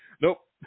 Nope